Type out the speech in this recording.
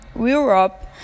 Europe